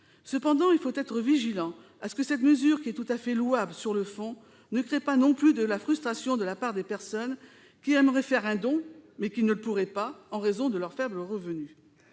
Cependant, il faut être vigilant à ce que cette mesure, qui est tout à fait louable sur le fond, ne crée pas non plus de la frustration chez des personnes qui aimeraient faire un don, mais qui ne le pourraient pas en raison de leurs faibles revenus.